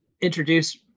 introduce